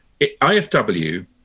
IFW